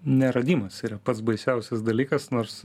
neradimas yra pats baisiausias dalykas nors